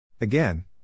Again